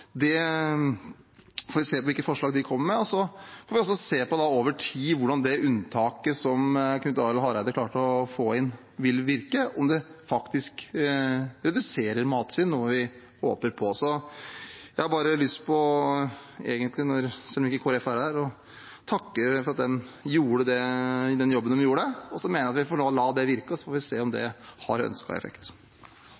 får se på hvilke forslag de kommer med, og så får vi over tid se på hvordan det unntaket som Knut Arild Hareide klarte å få inn, vil virke – om det faktisk reduserer matsvinn, noe vi håper på. Så jeg har egentlig bare lyst til, siden Kristelig Folkeparti ikke er her, å takke for at de gjorde den jobben de gjorde. Jeg mener at vi får la dette virke, og så får vi se om det